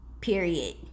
Period